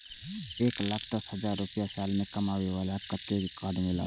एक लाख दस हजार रुपया साल में कमाबै बाला के कतेक के कार्ड मिलत?